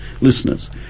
listeners